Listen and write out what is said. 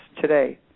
today